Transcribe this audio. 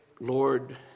Lord